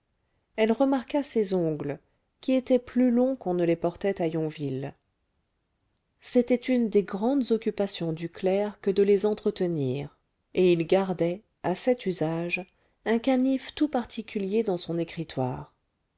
elle remarqua ses ongles qui étaient plus longs qu'on ne les portait à yonville c'était une des grandes occupations du clerc que de les entretenir et il gardait à cet usage un canif tout particulier dans son écritoire